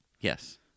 Yes